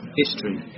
history